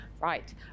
Right